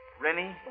Rennie